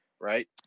right